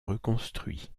reconstruit